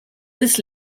this